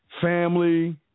Family